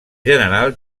general